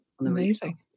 Amazing